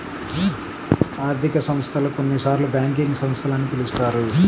ఆర్థిక సంస్థలు, కొన్నిసార్లుబ్యాంకింగ్ సంస్థలు అని పిలుస్తారు